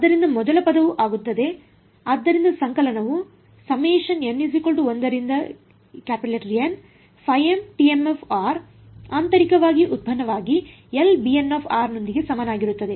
ಆದ್ದರಿಂದ ಮೊದಲ ಪದವು ಆಗುತ್ತದೆ ಆದ್ದರಿಂದ ಸಂಕಲನವು ಆಂತರಿಕ ಉತ್ಪನ್ನವಾಗಿ ನೊಂದಿಗೆ ಸಮನಾಗಿರುತ್ತದೆ